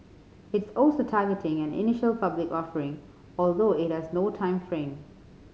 it's also targeting an initial public offering although it has no time frame